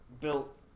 built